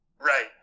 Right